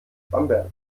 bamberg